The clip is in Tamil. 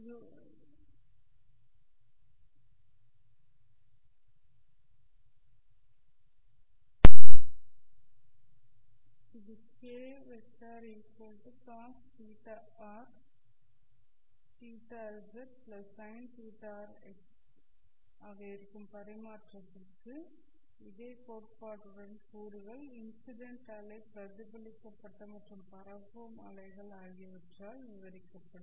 இது k r−cos θr z sin θr x ஆக இருக்கும் பரிமாற்றத்திற்கு இந்த k tcos θt z sin θt x phase கூறுகள் இன்சிடெண்ட் அலை பிரதிபலிக்கப்பட்ட மற்றும் பரவும் அலைகள் ஆகியவற்றால் விவரிக்கப்படும்